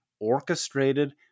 orchestrated